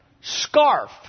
scarf